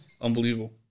Unbelievable